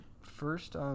first